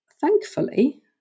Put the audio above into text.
thankfully